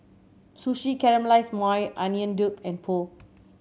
Sushi Caramelize Maui Onion and Pho